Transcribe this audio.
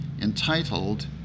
entitled